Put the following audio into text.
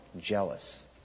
jealous